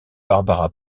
barbara